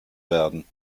werden